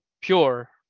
pure